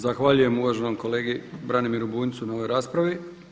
Zahvaljujem uvaženom kolegi Branimiru Bunjcu na ovoj raspravi.